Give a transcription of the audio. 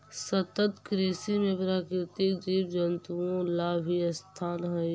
सतत कृषि में प्राकृतिक जीव जंतुओं ला भी स्थान हई